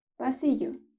Pasillo